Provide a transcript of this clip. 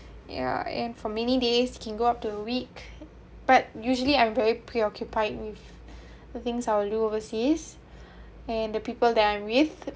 ya and for many days can go up to a week but usually I'm very preoccupied with the things I'll do overseas and the people that I'm with